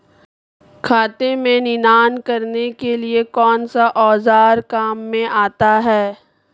खेत में निनाण करने के लिए कौनसा औज़ार काम में आता है?